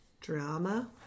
drama